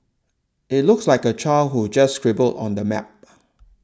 it looks like a child who just scribbled on the map